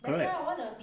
correct